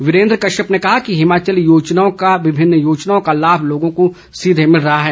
वीरेंद्र कश्यप ने कहा कि विभिन्न योजनाओं का लाभ लोगों को सीधे मिल रहा है